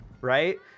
right